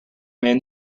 men